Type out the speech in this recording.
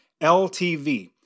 LTV